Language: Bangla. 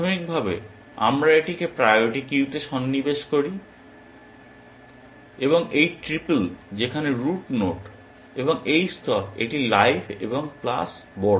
প্রাথমিকভাবে আমরা এটিকে প্রায়োরিটি কিউতে সন্নিবেশ করি এই ট্রিপল যেখানে রুট নোড এবং এই স্তর এটি লাইভ এবং প্লাস বড়